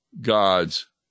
God's